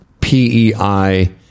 PEI